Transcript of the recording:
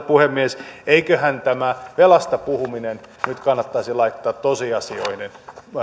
puhemies eiköhän tämä velasta puhuminen nyt kannattaisi laittaa tosiasioiden